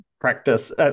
practice